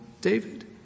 David